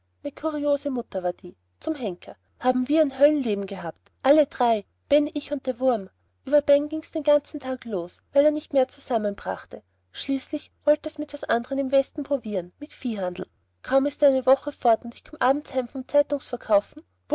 kuriose mutter war die zum henker haben wir ein höllenleben gehabt alle drei ben und ich und das wurm ueber ben ging's den ganzen tag los weil er nicht mehr zusammenbrachte schließlich wollt er's mit was anderm im westen probieren mit viehhandel kaum ist er eine woche fort und ich komm abends heim vom zeitungsverkaufen